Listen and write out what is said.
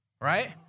right